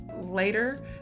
later